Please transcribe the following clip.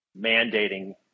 mandating